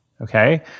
okay